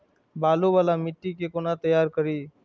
बालू वाला मिट्टी के कोना तैयार करी?